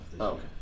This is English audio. okay